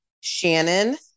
Shannon